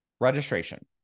Registration